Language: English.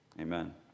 Amen